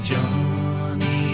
Johnny